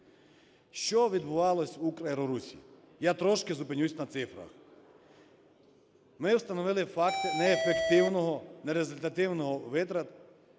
Що відбувалося у "Украерорусі"? Я трошки зупинюсь на цифрах. Ми встановили факти неефективних, нерезультативних витрат